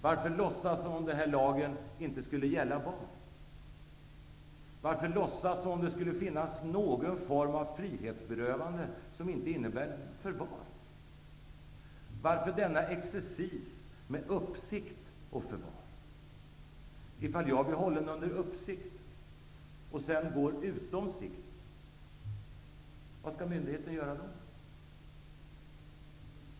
Varför låtsas som om den lagen inte skulle gälla barn? Varför låtsas som om det skulle finnas någon form av frihetsberövande som inte innebär förvar? Varför denna exercis med uppsikt och förvar? Ifall jag blir hållen under uppsikt och sedan går utom sikt, vad skall myndigheten göra då?